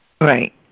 Right